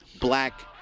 black